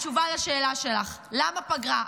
זאת התשובה על השאלה שלך למה פגרה.